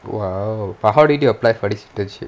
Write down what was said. !wow! but how did you apply for this internship